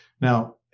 Now